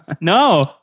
no